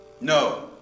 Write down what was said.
No